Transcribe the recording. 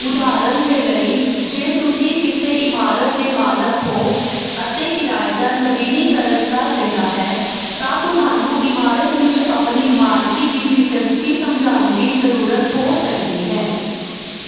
ਉਦਾਹਰਣ ਦੇ ਲਈ ਜੇ ਤੁਸੀਂ ਕਿਸੇ ਇਮਾਰਤ ਦੇ ਮਾਲਕ ਹੋ ਅਤੇ ਕਿਰਾਏਦਾਰ ਨਵੀਨੀਕਰਨ ਕਰ ਰਿਹਾ ਹੈ ਤਾਂ ਤੁਹਾਨੂੰ ਇਮਾਰਤ ਵਿੱਚ ਆਪਣੀ ਮਾਲਕੀ ਦੀ ਦਿਲਚਸਪੀ ਸਮਝਾਉਣ ਦੀ ਜ਼ਰੂਰਤ ਹੋ ਸਕਦੀ ਹੈ